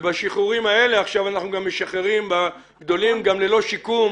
ובשחרורים האלה אנחנו גם משחררים ללא שיקום